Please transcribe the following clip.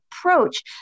approach